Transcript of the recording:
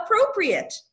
appropriate